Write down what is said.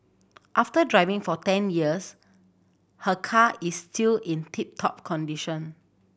after driving for ten years her car is still in tip top condition